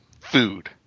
food